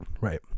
Right